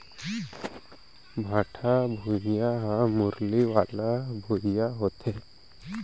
भाठा भुइयां ह मुरमी वाला भुइयां होथे